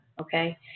okay